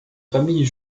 famille